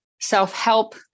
self-help